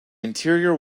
interior